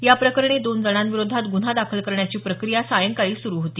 या प्रकरणी दोन जणांविरोधात गुन्हा दाखल करण्याची प्रक्रिया सायंकाळी सुरु होती